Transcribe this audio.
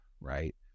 right